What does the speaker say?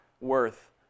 worth